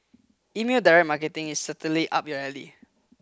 email direct marketing is certainly up your alley